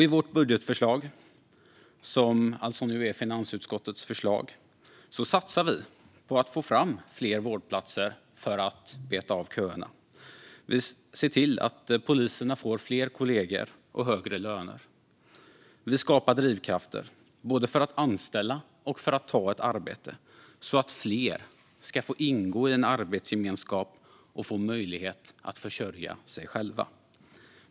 I vårt budgetförslag, som nu alltså är finansutskottets förslag, satsar vi på att få fram fler vårdplatser för att beta av köerna. Vi ser till att poliserna får fler kollegor och högre löner. Vi skapar drivkrafter för att anställa och för att ta ett arbete, så att fler ska få ingå i en arbetsgemenskap och få möjlighet att försörja sig själva.